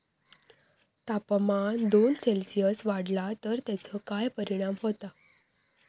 तापमान दोन सेल्सिअस वाढला तर तेचो काय परिणाम होता?